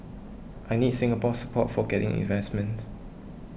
I need Singapore's support for getting investment